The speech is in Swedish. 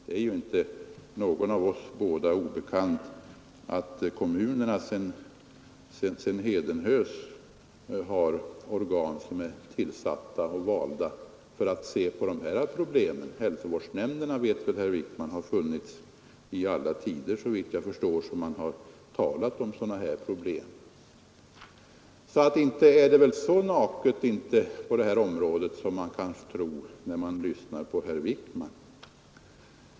Det är inte någon av oss båda obekant att kommunerna sedan hedenhös har organ som är tillsatta för att se på de här problemen. Hälsovårdsnämnderna vet väl herr Wijkman om. Inte är det så naket på det här området som man kan tro när man lyssnar på herr Wijkman.